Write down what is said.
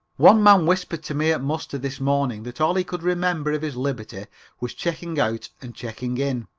one man whispered to me at muster this morning that all he could remember of his liberty was checking out and checking in.